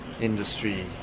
industry